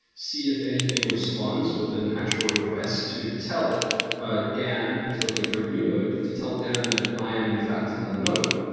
see if anything responds within actual request to tell ah dan who is looking for a new node, to tell dan that i am in fact another node.